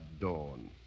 dawn